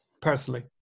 personally